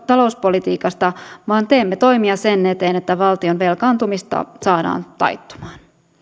talouspolitiikasta vaan teemme toimia sen eteen että valtion velkaantumista saadaan taittumaan